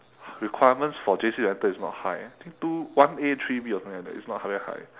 requirements for J_C to enter is not high I think two one A three B or something like that it's not high very high